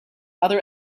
other